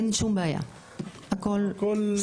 אין שום בעיה, הכול סבבה.